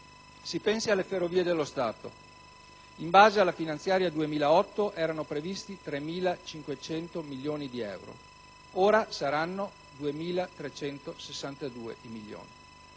Si pensi alle Ferrovie dello Stato: in base alla legge finanziaria per il 2008 erano previsti 3.500 milioni di euro; ora saranno 2.362.